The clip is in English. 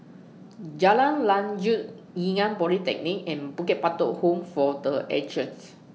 Jalan Lanjut Ngee Ann Polytechnic and Bukit Batok Home For The Ages